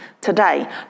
today